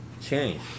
change